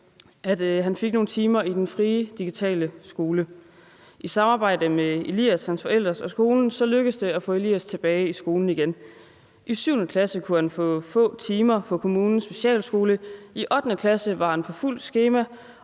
at han fik nogle timer i Den Frie Digitale Skole. I samarbejde med Elias, hans forældre og skolen lykkedes det at få Elias tilbage i skolen igen. I 7. klasse kunne han få få timer på kommunens specialskole. I 8. klasse var han på fuldt skema,